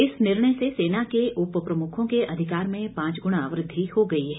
इस निर्णय से सेना के उप प्रमुखों के अधिकार में पांच गुना वृद्धि हो गई है